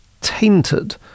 tainted